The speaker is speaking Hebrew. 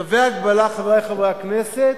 צווי הגבלה, חברי חברי הכנסת,